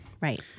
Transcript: Right